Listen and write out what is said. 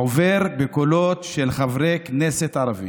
עובר בקולות של חברי כנסת ערבים.